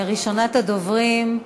ראשונת הדוברים,